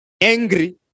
Angry